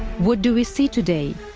what do we see today?